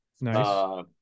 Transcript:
nice